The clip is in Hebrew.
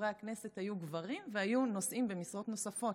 חברי הכנסת היו גברים והיו נושאים במשרות נוספות,